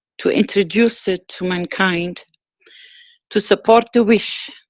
to introduce it to mankind to support the wish